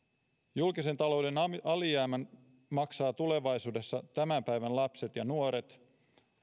julkisen talouden alijäämän maksavat tulevaisuudessa tämän päivän lapset ja nuoret